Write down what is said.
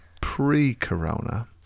pre-corona